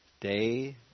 day